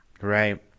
Right